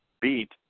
beat